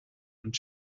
und